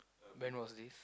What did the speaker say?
when was this